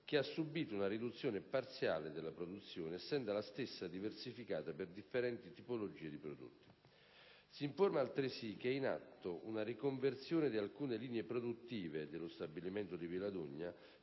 che ha subito una riduzione parziale della produzione, essendo la stessa diversificata per differenti tipologie di prodotti. Si informa, altresì, che è in atto una riconversione di alcune linee produttive dello stabilimento di Villa